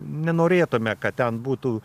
nenorėtume kad ten būtų